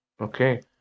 Okay